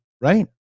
right